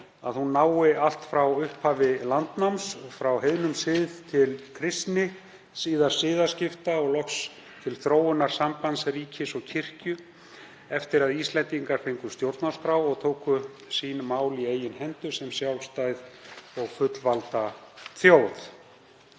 að hún nái allt frá upphafi landnáms, frá heiðnum sið til kristni, síðar siðaskipta og loks til þróunar sambands ríkis og kirkju eftir að Íslendingar fengu stjórnarskrá og tóku mál sín í eigin hendur sem sjálfstæð og fullvalda þjóð.